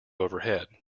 overhead